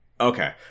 Okay